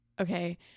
Okay